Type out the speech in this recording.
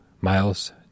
Miles